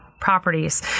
properties